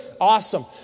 awesome